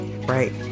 right